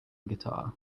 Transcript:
guitar